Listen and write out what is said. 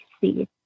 see